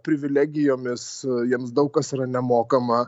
privilegijomis jiems daug kas yra nemokama